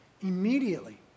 immediately